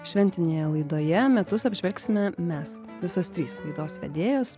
šventinėje laidoje metus apžvelgsime mes visos trys laidos vedėjos